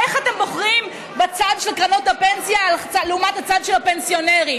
איך אתם בוחרים בצד של קרנות הפנסיה לעומת הצד של הפנסיונרים?